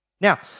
Now